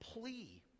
plea